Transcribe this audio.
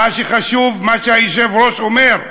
מה שחשוב זה מה שהיושב-ראש אומר.